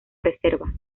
reserva